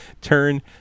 Turn